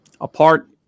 apart